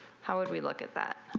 how would we look at that?